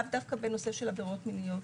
לאו דווקא בנושא של עבירות מיניות